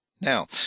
Now